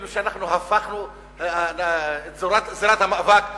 כאילו אנחנו העברנו את זירת המאבק ללוב,